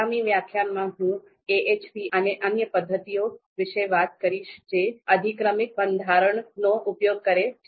આગામી વ્યાખ્યાનમાં હું AHP અને અન્ય પદ્ધતિઓ વિશે વાત કરીશ જે અધિક્રમિક બંધારણનો ઉપયોગ કરે છે